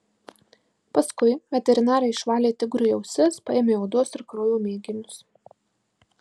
paskui veterinarai išvalė tigrui ausis paėmė odos ir kraujo mėginius